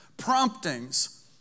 Promptings